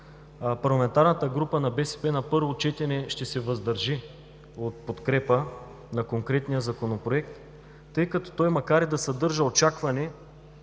Парламентарната група на БСП на първо четене ще се въздържи от подкрепа на конкретния Законопроект, тъй като той, макар да съдържа очакване